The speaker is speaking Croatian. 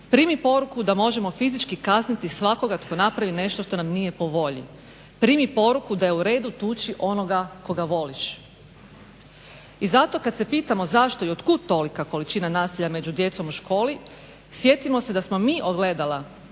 primi poruku da možemo fizički kazniti svakako tko napravi nešto što nam nije po volji. Primi poruku da je u redu tuči onoga koga voliš. I zato kad se pitamo zašto i od kud tolika količina nasilja među djecom u školi, sjetimo se da smo mi ogledala